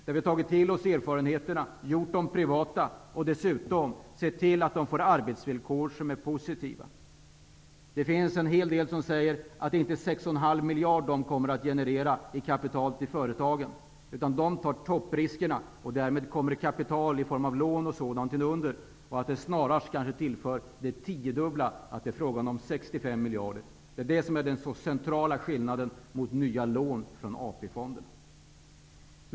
Vi har tagit till oss erfarenheterna. Vi har gjort dem privata och sett till att de får arbetsvillkor som är positiva. Det finns många som säger att de inte kommer att generera 6,5 miljarder i kapital till företagen, utan att de tar toppriskerna. Därmed kommer kapital i form av t.ex. lån att ligga under. Det kan snarare tillföra ett tio gånger så stort belopp -- 65 miljarder. Detta är den centrala skillnaden jämfört med nya lån från AP-fonden.